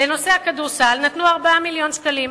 לנושא הכדורסל נתנו 4 מיליוני שקלים,